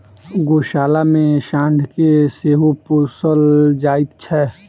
गोशाला मे साँढ़ के सेहो पोसल जाइत छै